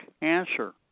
answer